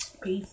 Peace